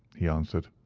he answered.